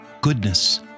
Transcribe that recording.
goodness